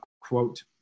quote